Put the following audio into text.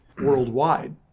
worldwide